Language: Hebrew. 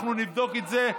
אנחנו נבדוק את זה,